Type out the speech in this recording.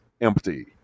empty